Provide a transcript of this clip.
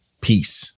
Peace